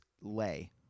lay